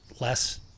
less